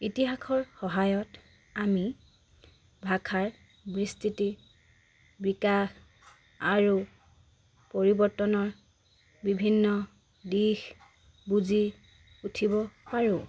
ইতিহাসৰ সহায়ত আমি ভাষাৰ বিস্তৃতি বিকাশ আৰু পৰিৱৰ্তনৰ বিভিন্ন দিশ বুজি উঠিব পাৰোঁ